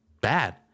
bad